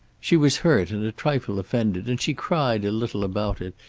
she was hurt and a trifle offended, and she cried a little about it.